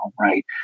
right